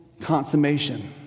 consummation